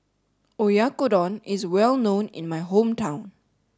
Oyakodon is well known in my hometown